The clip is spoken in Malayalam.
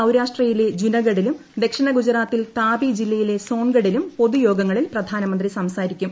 സൌരാഷ്ട്രയിലെ ജുനഗഡിലും ദക്ഷിണ ഗുജറാത്തിൽ താപി ജില്ലയിലെ സോൺഗഡിലും പൊതുയോഗി്ങ്ങളിൽ പ്രധാനമന്ത്രി സംസാരിക്കും